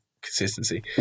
consistency